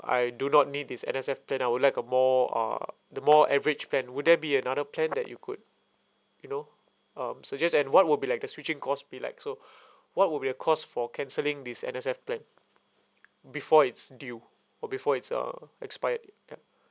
I do not need this N_S_F plan I would like a more uh the more average plan would there be another plan that you could you know um suggest and what will be like the switching cost be like so what would be the cost for cancelling this N_S_F plan before it's due or before it's uh expired